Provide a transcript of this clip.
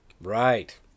Right